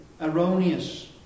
erroneous